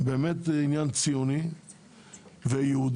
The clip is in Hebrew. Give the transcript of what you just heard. באמת עניין ציוני ויהודי.